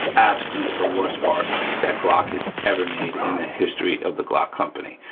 absolute the worst part that glock has ever made in the history of the glock company.